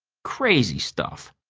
crazy stuff.